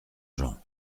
jean